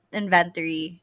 inventory